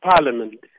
Parliament